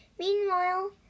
Meanwhile